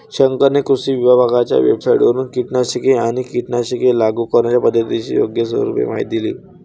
शंकरने कृषी विभागाच्या वेबसाइटवरून कीटकनाशके आणि कीटकनाशके लागू करण्याच्या पद्धतीची योग्य रूपरेषा पाहिली